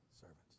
servants